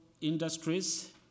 industries